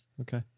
Okay